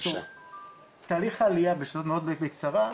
תהליך העלייה מאוד בקצרה,